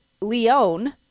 Leon